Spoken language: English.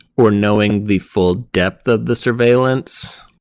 or knowing the full depth of the surveillance.